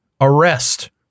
arrest